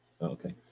okay